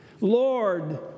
Lord